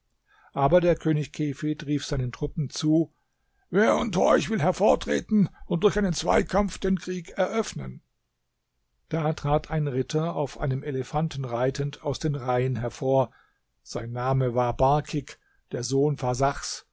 aber der könig kefid rief seinen truppen zu wer unter euch will hervortreten und durch einen zweikampf den krieg eröffnen da trat ein ritter auf einem elefanten reitend aus den reihen hervor sein name war barkik der sohn farsachs